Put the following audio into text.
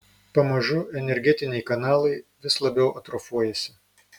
pamažu energetiniai kanalai vis labiau atrofuojasi